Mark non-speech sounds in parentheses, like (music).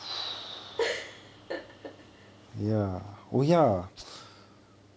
(laughs)